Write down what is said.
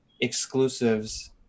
exclusives